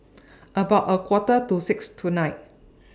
about A Quarter to six tonight